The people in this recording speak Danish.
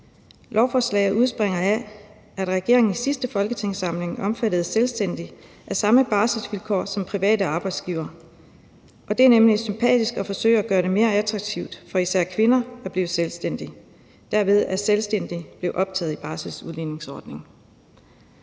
Lovforslaget udspringer af, at regeringen i sidste folketingssamling lod selvstændige omfatte af samme barselsvilkår som private arbejdsgivere. Det er sympatisk at forsøge at gøre det mere attraktivt for især kvinder at blive selvstændige. Derved er selvstændige blevet optaget i barselsudligningsordningen.